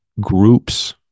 groups